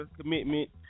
commitment